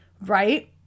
right